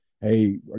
hey